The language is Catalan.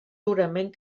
durament